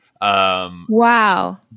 Wow